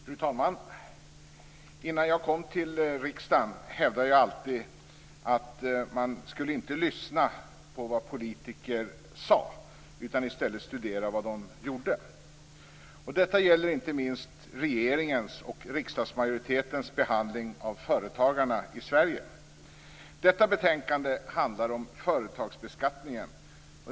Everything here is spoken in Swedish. Fru talman! Innan jag kom till riksdagen hävdade jag alltid att man inte skulle lyssna på vad politiker sade utan i stället studera vad de gjorde. Detta gäller inte minst regeringens och riksdagsmajoritetens behandling av företagarna i Sverige. Detta betänkande handlar om företagsbeskattningen.